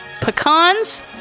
pecans